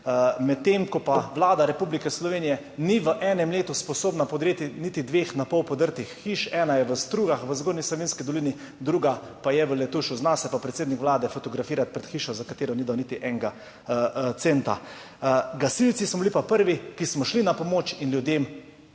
Medtem ko pa Vlada Republike Slovenije ni v enem letu sposobna podreti niti dveh na pol podrtih hiš, ena je v Strugah v Zgornji Savinjski dolini, druga pa je v Letušu. Zna se pa predsednik Vlade fotografirati pred hišo, za katero ni dal niti enega centa. Gasilci smo bili prvi, ki smo šli na pomoč in ljudem